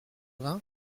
vingts